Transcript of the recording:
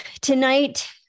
tonight